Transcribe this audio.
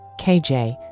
KJ